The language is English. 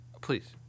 Please